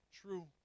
true